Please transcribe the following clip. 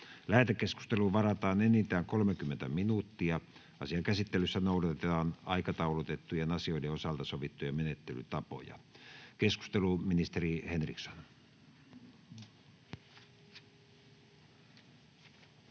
Lähetekeskusteluun varataan enintään 30 minuuttia. Asian käsittelyssä noudatetaan aikataulutettujen asioiden osalta sovittuja menettelytapoja. — Keskustelu, ministeri Henriksson. [Speech